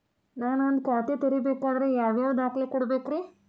ನಾನ ಒಂದ್ ಖಾತೆ ತೆರಿಬೇಕಾದ್ರೆ ಯಾವ್ಯಾವ ದಾಖಲೆ ಕೊಡ್ಬೇಕ್ರಿ?